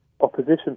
opposition